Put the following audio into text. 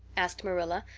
asked marilla,